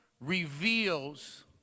reveals